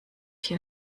hier